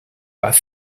pas